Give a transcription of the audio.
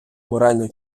морально